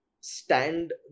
stand